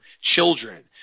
children